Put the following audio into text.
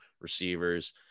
receivers